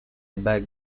beg